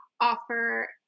offer